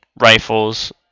rifles